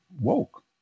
woke